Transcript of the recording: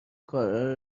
کارها